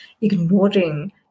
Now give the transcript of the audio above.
ignoring